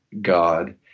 God